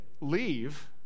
leave